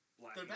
black